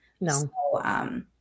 No